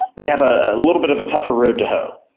they have a little bit of a tougher road to home.